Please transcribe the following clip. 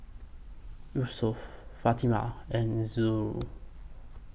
Yusuf Fatimah and Zul